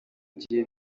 gihe